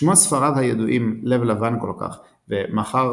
שמות ספריו הידועים "לב לבן כל כך" ו"מחר